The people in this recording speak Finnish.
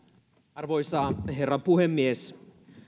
arvoisa herra puhemies